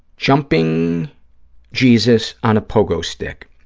jumping jesus on a pogo stick,